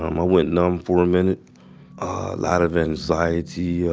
um, i went numb for a minute. a lot of anxiety, ah,